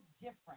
different